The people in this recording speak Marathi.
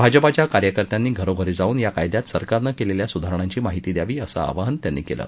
भाजपाच्या कार्यकर्त्यांनी घरोघरी जाऊन या कायद्यात सरकारनं केलेल्या सुधारणांची माहिती द्यावी असं आवाहन त्यांनी केलं